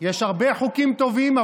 יש הרבה חוקים טובים,